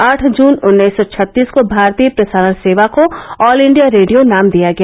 आठ जून उन्नीस सौ छत्तीस को भारतीय प्रसारण सेवा को ऑल इंडिया रेडियो नाम दिया गया